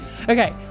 Okay